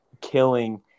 killing